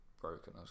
broken